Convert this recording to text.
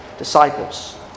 Disciples